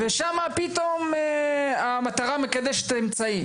שם המטרה מקדשת את האמצעים?